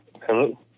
Hello